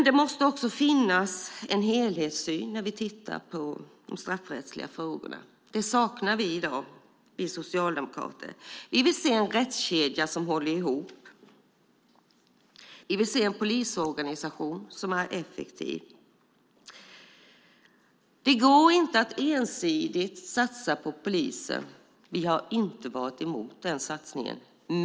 Det måste finnas en helhetssyn när man tittar på de straffrättsliga frågorna. Det saknar vi socialdemokrater i dag. Vi vill se en rättskedja som håller ihop. Vi vill se en polisorganisation som är effektiv. Det går dock inte att ensidigt satsa på polisen, även om vi inte har varit emot denna satsning.